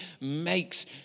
makes